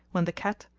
when the cat,